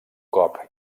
cop